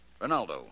Ronaldo